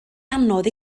anodd